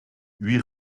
huit